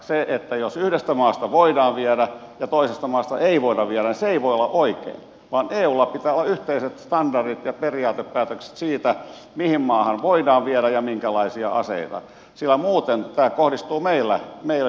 se että jos yhdestä maasta voidaan viedä ja toisesta maasta ei voida viedä ei voi olla oikein vaan eulla pitää olla yhteiset standardit ja periaatepäätökset siitä mihin maahan voidaan viedä ja minkälaisia aseita sillä muuten tämä kohdistuu meille suomessa epäedullisesti